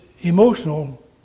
emotional